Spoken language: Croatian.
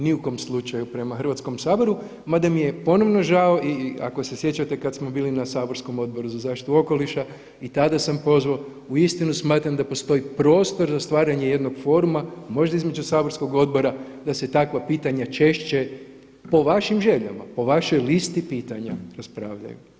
Ni u kom slučaju prema Hrvatskom saboru, mada mi je ponovno žao i ako se sjećate kada smo bili na saborskom Odboru za zaštitu okoliša i tada sam pozvao, uistinu smatram da postoji prostor za stvaranje jednog foruma, možda između saborskog odbora da se takva pitanja češće po vašim željama, po vašoj listi pitanja raspravljaju.